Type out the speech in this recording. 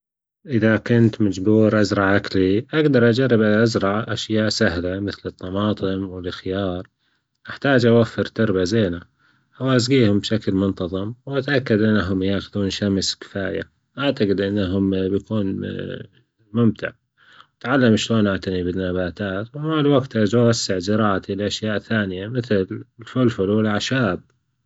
إذا كنت مجبور أزرع أكلي أجدر أجرب أزرع أشياء سهلة مثل الطماطم والخيار، محتاج أوفر تربة زينة وأسجيهم بشكل منتظم، وأتأكد انهم يأخدون شمس كفاية، وأعتجد إنه بيكون ممتع وأتعلم شلون أعتني بالنباتات ومع الوجت أعوز أوسع زراعتي بأشياء تانية مثل الفلفل والأعشاب.